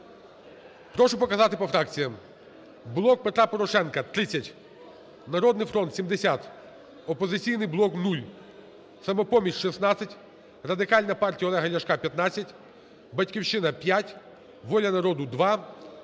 Прошу показати по фракціям. "Блок Петра Порошенка" – 30, "Народний фронт" – 70, "Опозиційний блок" – 0, "Самопоміч" – 16, Радикальна партія Олега Ляшка – 15, "Батьківщина" – 5, "Воля народу" – 2,